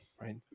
right